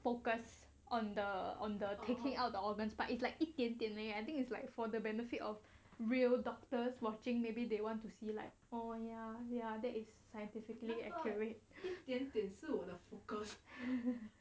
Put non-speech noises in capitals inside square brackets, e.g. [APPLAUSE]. focus on the on the taking out the organs but it's like 一点点而已 I think it's like for the benefit of real doctors watching maybe they want to see like oh ya ya that is scientifically accurate [LAUGHS]